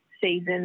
season